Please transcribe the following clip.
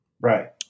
Right